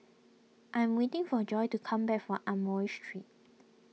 I'm waiting for Joy to come back from Amoy Street